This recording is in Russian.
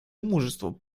мужеству